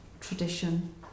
tradition